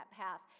path